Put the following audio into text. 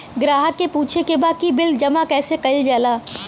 ग्राहक के पूछे के बा की बिल जमा कैसे कईल जाला?